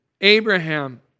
Abraham